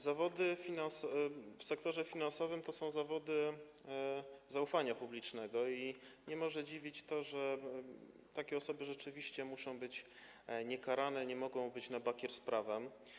Zawody w sektorze finansowym to są zawody zaufania publicznego i nie może dziwić to, że takie osoby rzeczywiście muszą być niekarane, nie mogą być na bakier z prawem.